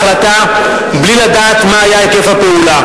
על קבלת החלטות של ממשלת קדימה, שבה ישבה,